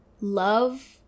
love